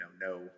no